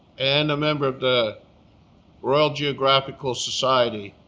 and a member of the royal geographical society,